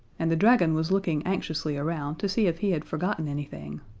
and the dragon was looking anxiously around to see if he had forgotten anything.